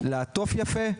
צריך לעטוף יפה,